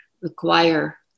require